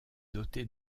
dotée